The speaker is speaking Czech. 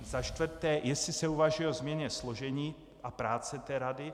Za čtvrté jestli se uvažuje o změně složení a práce rady.